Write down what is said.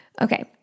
Okay